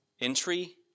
entry